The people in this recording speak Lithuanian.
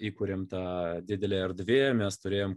įkūrėme tą didelė erdvė mes turėjom